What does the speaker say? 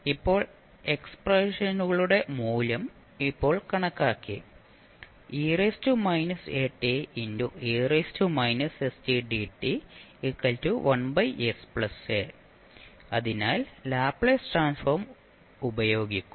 ഇപ്പോൾ എക്സ്പ്രഷനുകളുടെ മൂല്യം ഇപ്പോൾ കണക്കാക്കി അത് അതിനാൽ ലാപ്ലേസ് ട്രാൻസ്ഫോം ഉപയോഗിക്കും